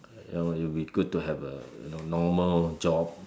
uh it would be good to have a you know normal job